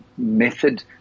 method